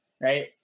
right